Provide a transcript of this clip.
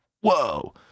Whoa